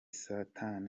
satan